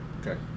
Okay